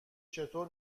چطور